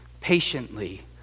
patiently